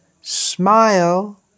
smile